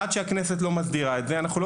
עד שהכנסת לא מסדירה את זה אנחנו לא